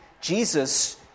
Jesus